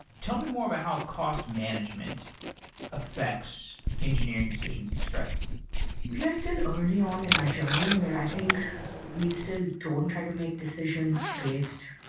tell me more about how cost management affects engineering decisions at stripe we are still early on in our journey, where i think we still don't try to make decisions based